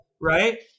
right